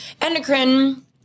endocrine